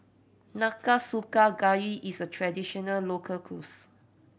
Nanakusa Gayu is a traditional local cuisine